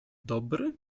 dobry